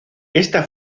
esta